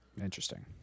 interesting